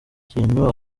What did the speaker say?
ikintu